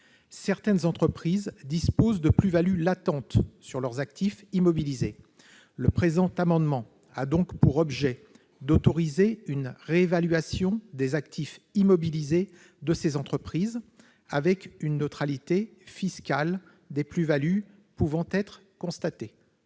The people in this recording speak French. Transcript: Certaines entreprises disposent de plus-values latentes sur leurs actifs immobilisés. Cet amendement a donc pour objet d'autoriser une réévaluation des actifs immobilisés de ces entreprises, avec une neutralité fiscale des plus-values pouvant être constatées.